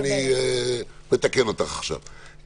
ואני מתקן אותך עכשיו.